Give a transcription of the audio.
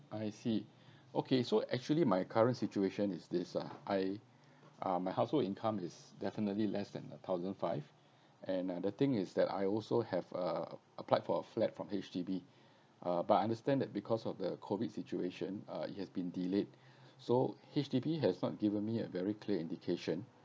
I see okay so actually my current situation is this uh I uh my household income is definitely less than a thousand five and uh the thing is that I also have uh a~ applied for a flat from H_D_B uh but I understand that because of the COVID situation uh it has been delayed so H_D_B has not given me a very clear indication